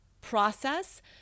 process